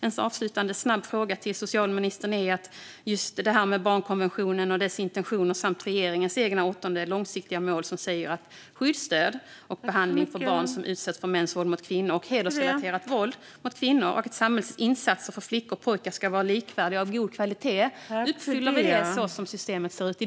En avslutande, snabb fråga till socialministern gäller just barnkonventionen, dess intentioner och regeringens eget åttonde långsiktiga målområde om skydd, stöd och behandling för barn som utsätts för mäns våld mot kvinnor och hedersrelaterat våld mot kvinnor och att samhällets insatser för flickor och pojkar ska vara likvärdiga och av god kvalitet. Uppfyller vi det så som systemet ser ut i dag?